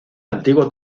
antiguo